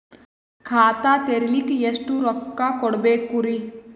ಖಾತಾ ತೆರಿಲಿಕ ಎಷ್ಟು ರೊಕ್ಕಕೊಡ್ಬೇಕುರೀ?